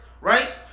right